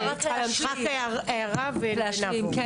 רק הערה ונמשיך, אני